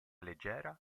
leggera